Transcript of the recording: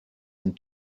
and